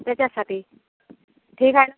त्याच्याचसाठी ठीक आहे न